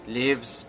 lives